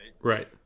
Right